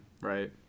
right